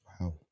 Wow